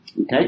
Okay